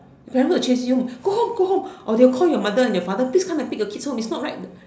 the family will chase you home go home go home or they will call your mother and your father please come and pick your kid home is not right